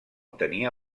tenia